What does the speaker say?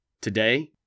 Today